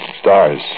Stars